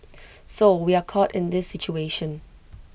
so we are caught in this situation